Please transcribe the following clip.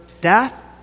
death